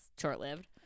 short-lived